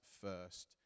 first